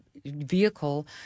vehicle